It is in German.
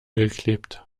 geklebt